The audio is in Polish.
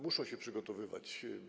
Muszą się przygotowywać.